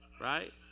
Right